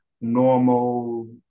normal